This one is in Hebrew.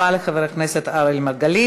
תודה רבה לחבר הכנסת אראל מרגלית.